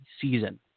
season